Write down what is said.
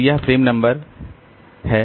तो यह frame number है